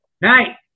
Night